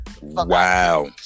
wow